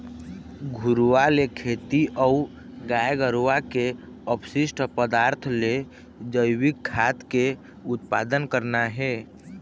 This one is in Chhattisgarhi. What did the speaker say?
घुरूवा ले खेती अऊ गाय गरुवा के अपसिस्ट पदार्थ ले जइविक खाद के उत्पादन करना हे